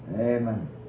Amen